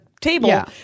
table